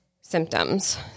symptoms